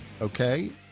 okay